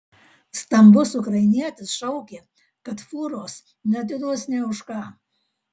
stambus ukrainietis šaukė kad fūros neatiduos nė už ką